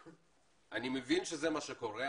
אני מבין שזה מה שקורה.